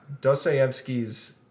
Dostoevsky's